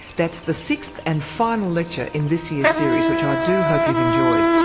that's the sixth and final lecture in this year's series, which i do hope you've enjoyed.